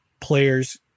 players